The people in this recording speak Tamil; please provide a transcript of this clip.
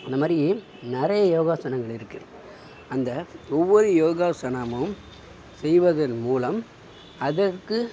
இந்தமாதிரி நிறைய யோகாசனங்கள் இருக்குது அந்த ஒவ்வொரு யோகாசனமும் செய்வதன் மூலம் அதற்கு